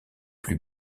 plus